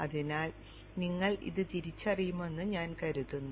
അതിനാൽ നിങ്ങൾ ഇത് തിരിച്ചറിയുമെന്ന് ഞാൻ കരുതുന്നു